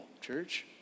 church